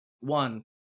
one